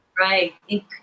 Right